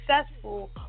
successful